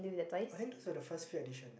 I think those are the first few editions